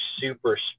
super